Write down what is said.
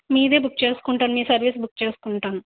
మీదే బుక్ చేసుకుంటాను మీ సర్వీస్ బుక్ చేసుకుంటాను